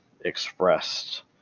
expressed